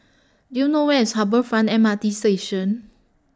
Do YOU know Where IS Harbour Front M R T Station